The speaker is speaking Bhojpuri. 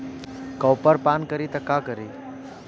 कॉपर पान करी त का करी?